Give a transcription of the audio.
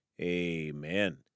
amen